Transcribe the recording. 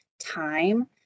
time